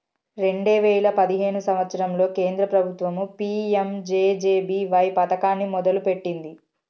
రెండే వేయిల పదిహేను సంవత్సరంలో కేంద్ర ప్రభుత్వం పీ.యం.జే.జే.బీ.వై పథకాన్ని మొదలుపెట్టింది